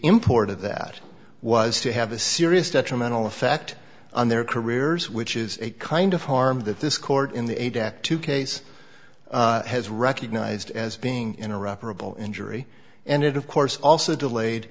import of that was to have a serious detrimental effect on their careers which is a kind of harm that this court in the ada two case has recognized as being in a reparable injury and it of course also delayed